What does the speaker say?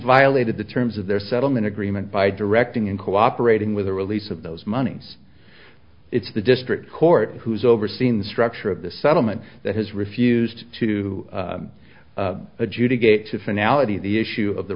violated the terms of their settlement agreement by directing and cooperating with the release of those monies it's the district court who's overseeing the structure of the settlement that has refused to adjudicate the finale the issue of the